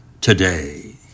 today